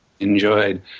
enjoyed